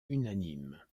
unanime